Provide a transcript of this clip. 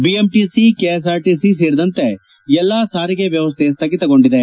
BMTC KSRTC ಸೇರಿದಂತೆ ಎಲ್ಲಾ ಸಾರಿಗೆ ವ್ಯವಸ್ಥೆ ಸ್ಥಗಿತಗೊಂಡಿದೆ